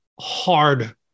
hard